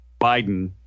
Biden